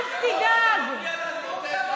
אל תדאג, תן לה